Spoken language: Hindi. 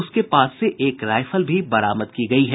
उसके पास से एक रायफल भी बरामद की गई है